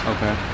Okay